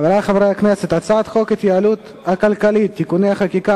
להעביר את הצעת חוק ההתייעלות הכלכלית (תיקוני חקיקה